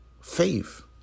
faith